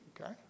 okay